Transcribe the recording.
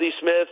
Smith